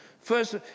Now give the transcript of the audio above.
First